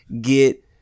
get